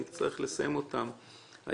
נצטרך לסיימם היום,